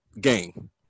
game